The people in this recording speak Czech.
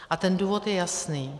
A ten důvod je jasný.